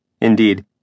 Indeed